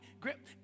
grip